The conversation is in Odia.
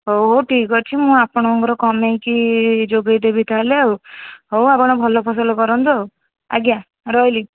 ହଉ ହଉ ଠିକ୍ ଅଛି ମୁଁ ଆପଣଙ୍କର କମେଇକି ଯୋଗାଇଦେବି ତାହେଲେ ଆଉ ହଉ ଆପଣ ଭଲ ଫସଲ କରନ୍ତୁ ଆଉ ଆଜ୍ଞା ରହିଲି